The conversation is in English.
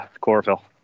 chlorophyll